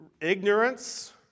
ignorance